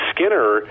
Skinner